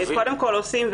קודם כל, עושים.